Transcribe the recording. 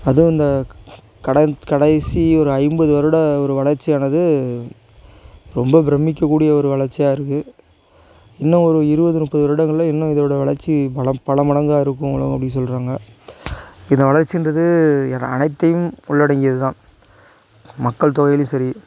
அதுவும் இந்த கடைன் கடைசி ஒரு ஐம்பது வருட ஒரு வளர்ச்சியானது ரொம்ப பிரமிக்கக்கூடிய ஒரு வளர்ச்சியாக இருக்குது இன்னும் ஒரு இருபது முப்பது வருடங்களில் இன்னும் இதோட வளர்ச்சி பலம் பல மடங்காக இருக்கும் அப்டினு சொல்கிறாங்க இந்த வளர்ச்சின்றது ந அனைத்தையும் உள்ளடிங்கியது தான் மக்கள் தொகையிலியும் சரி